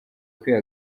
kwiha